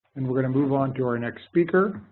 and we're going to move on to our next speaker